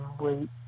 Wait